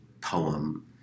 poem